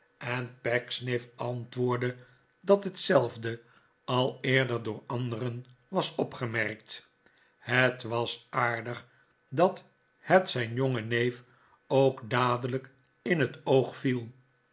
en pecksniff antwoordde dat hetzelfde al eerder door anderen was opgemerkt het was aardig dat het zijn jongen neef ook zoo dadelijk in het oog viel